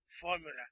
formula